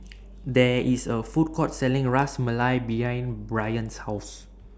There IS A Food Court Selling Ras Malai behind Brien's House